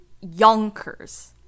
Yonkers